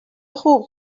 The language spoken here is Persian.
خوب